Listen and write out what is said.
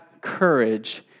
courage